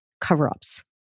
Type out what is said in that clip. cover-ups